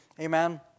Amen